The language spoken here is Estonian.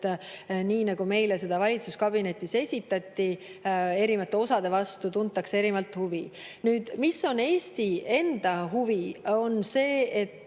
sest nii nagu meile seda valitsuskabinetis esitati: erinevate osade vastu tuntakse erinevalt huvi. Eesti enda huvi on see, et